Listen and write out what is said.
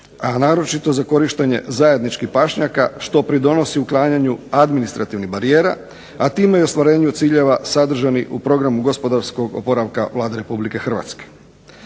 a naročito za korištenje zajedničkih pašnjaka što pridonosi uklanjanju administrativnih barijera a time i ostvarenju ciljeva sadržanih u programu gospodarskog oporavka Vlade Republike Hrvatske.